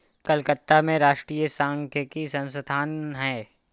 कलकत्ता में राष्ट्रीय सांख्यिकी संस्थान है